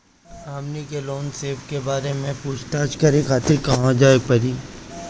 हमनी के लोन सेबा के बारे में पूछताछ करे खातिर कहवा जाए के पड़ी?